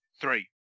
three